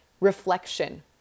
Reflection